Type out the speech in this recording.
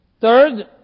Third